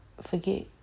forget